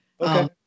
Okay